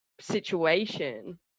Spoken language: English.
situation